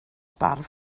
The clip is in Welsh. bardd